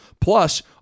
Plus